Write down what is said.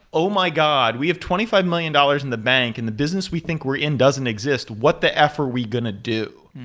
oh my god! we have twenty five million dollars in the bank and the business we think we're in doesn't exist. what the f are we going to do?